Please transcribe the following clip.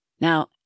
Now